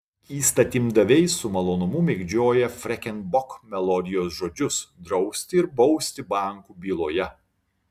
įstatymdaviai su malonumu mėgdžioja freken bok melodijos žodžius drausti ir bausti bankų byloje